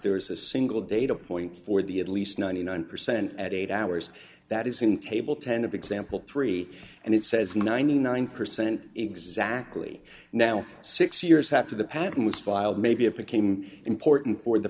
there is a single data point for the at least ninety nine percent at eight hours that is in table ten of example three and it says ninety nine percent exactly now six years have to the patent was filed maybe it became important for the